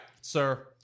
sir